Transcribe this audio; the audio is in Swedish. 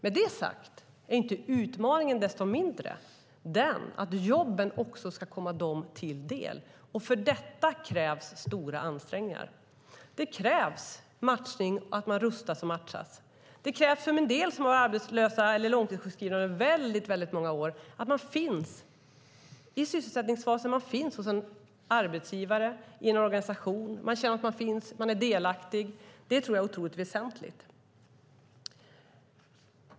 Med det sagt är utmaningen inte desto mindre att jobben också ska komma dem till del. För detta krävs stora ansträngningar. Det krävs matchning - att de rustas och matchas. Det krävs - för en del som har varit arbetslösa eller långtidssjukskrivna under många år - att de finns i sysselsättningsfaser, hos en arbetsgivare eller i en organisation. Att de känner att de finns och är delaktiga tror jag är otroligt väsentligt.